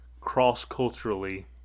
cross-culturally